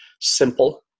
simple